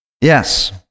Yes